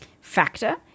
factor